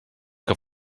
que